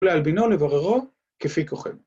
‫ולהלבינו לבוררו כפי כוכנו.